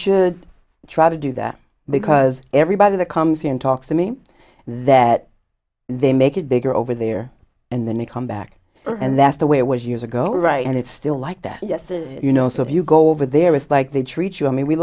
should try to do that because everybody that comes here and talks to me that they make it bigger over there and then they come back and that's the way it was years ago right and it's still like that yesterday you know so if you go over there it's like they treat you i mean we